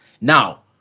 Now